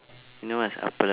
you know what's papadum